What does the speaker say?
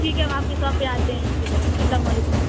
ٹھیک ہے ہم آپ کے ساپ پہ آتے ہیں ٹھیک ہے نا السلام علیکم